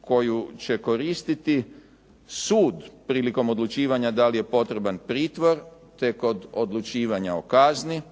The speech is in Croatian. koju će koristiti sud prilikom odlučivanja da li je potreban pritvor, te kod odlučivanja o kazni.